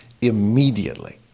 immediately